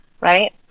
right